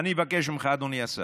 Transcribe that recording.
אני מבקש ממך, אדוני השר: